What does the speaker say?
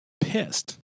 pissed